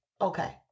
Okay